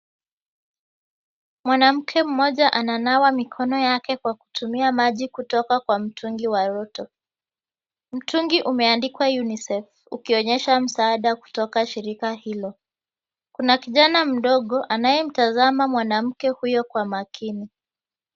Mwanamke mmoja ananawa mikono yake kwa kutumia maji kutoka kwa mtungi wa roto. Mtungi umeandikwa UNICEF kionyesha msaada kutoka shirika hilo, kuna kijana mdogo anayemtazama mwanamke huyo kwa makini.